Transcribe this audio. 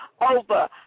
over